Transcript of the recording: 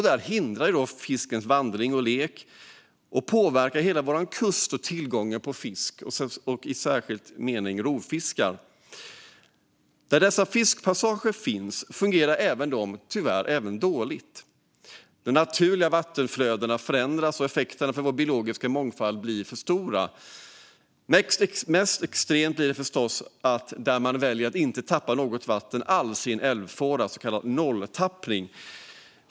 Därmed hindras fiskens vandring och lek, vilket påverkar hela vår kust och tillgången till fisk, särskilt rovfiskar. Där dessa fiskpassager finns fungerar de tyvärr dåligt. De naturliga vattenflödena förändras, och effekterna för vår biologiska mångfald blir stora. Mest extremt blir det förstås där man väljer att inte tappa något vatten alls i en älvfåra, så kallad nolltappning.